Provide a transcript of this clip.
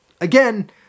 Again